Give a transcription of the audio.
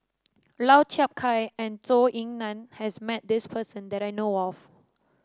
Lau Chiap Khai and Zhou Ying Nan has met this person that I know of